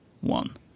one